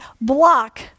block